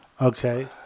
Okay